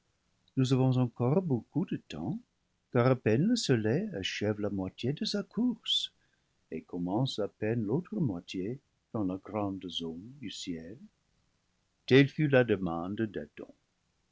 nous avons encore beaucoup de temps car à peine le soleil achève la moitié de sa course et commence à peine l'autre moitié dans la grande zone du ciel telle fut la demande